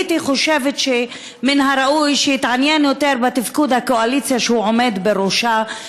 הייתי חושבת שמן הראוי שיתעניין יותר בתפקוד הקואליציה שהוא עומד בראשה,